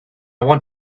want